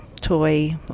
toy